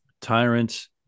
tyrants